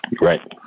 Right